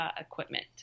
equipment